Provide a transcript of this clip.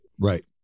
Right